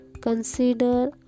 Consider